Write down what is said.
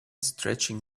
stretching